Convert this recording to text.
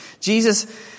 Jesus